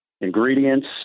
ingredients